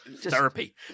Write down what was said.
Therapy